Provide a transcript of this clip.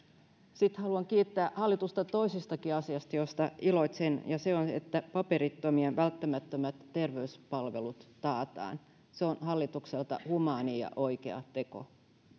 sitten haluan kiittää hallitusta toisestakin asiasta josta iloitsen ja se on että paperittomien välttämättömät terveyspalvelut taataan se on hallitukselta humaani ja oikea teko